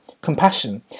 compassion